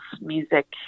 music